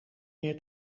meer